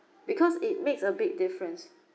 because it makes a big difference